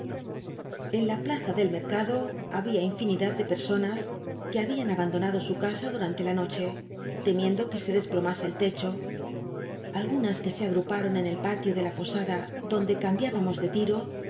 n la plaza del mercatlo había iullnidad de personas que habian abandonado su casa durante la noche temiendo que se desplomase el techo algunas que se agrupar'on en el palio de la posada donde cambiábamos de lio